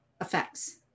effects